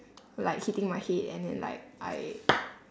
like hitting my head and then like I